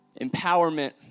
empowerment